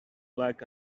like